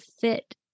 fit